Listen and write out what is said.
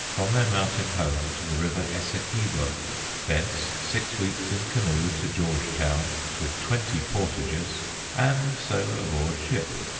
from their mountain home to the river essequibo thence, six weeks in canoe to georgetown, with twenty portages and, so aboard ship.